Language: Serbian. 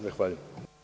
Zahvaljujem.